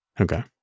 Okay